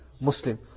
Muslim